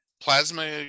plasma